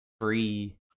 Free